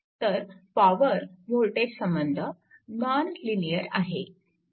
तर power voltage संबंध non linear आहे